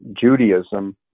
Judaism